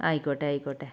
ആയിക്കോട്ടെ ആയിക്കോട്ടെ